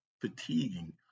fatiguing